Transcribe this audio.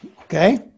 Okay